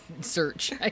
search